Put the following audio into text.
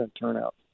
turnout